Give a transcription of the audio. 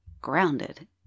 grounded